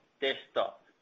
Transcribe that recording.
desktop